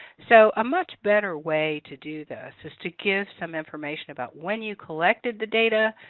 so a much better way to do this is to give some information about when you collected the data.